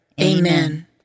Amen